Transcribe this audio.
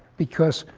because,